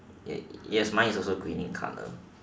yeah yes mine is also green in colour